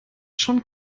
schon